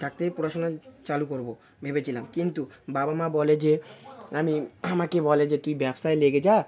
ডাক্তারি পড়াশুনা চালু করব ভেবেছিলাম কিন্তু বাবা মা বলে যে আমি আমাকে বলে যে তুই ব্যবসায় লেগে যা